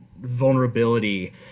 vulnerability